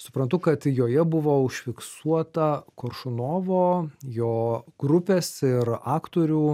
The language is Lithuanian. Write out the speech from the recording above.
suprantu kad joje buvo užfiksuota koršunovo jo grupės ir aktorių